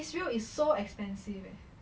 israel is so expensive eh